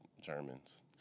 Germans